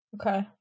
Okay